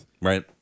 Right